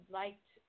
liked